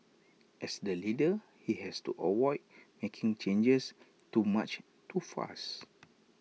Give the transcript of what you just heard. as the leader he has to avoid making changes too much too fast